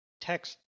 text